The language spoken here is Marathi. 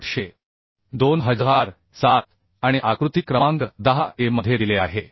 800 2007 आणि आकृती क्रमांक 10A मध्ये दिले आहे